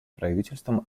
правительством